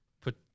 put